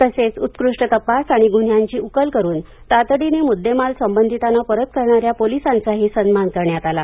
तसेच उत्कृष्ट तपास आणि ग्न्हयांची उकल करून तातडीने मुद्देमाल संबंधितांना परत करणाऱ्या पोलीसांचाही सन्मान करण्यात आला